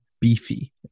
beefy